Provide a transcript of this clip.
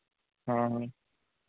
हाँ हाँ